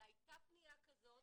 והייתה פנייה כזאת.